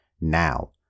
now